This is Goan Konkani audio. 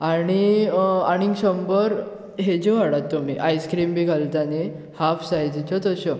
आनी आनीग शंबर हाज्यो हाडात तुमी आयस क्रीम बी घालतात नी हाफ सायजीच्यो तश्यो